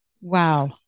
Wow